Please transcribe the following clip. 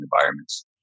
environments